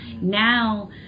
now